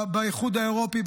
באיחוד האירופי,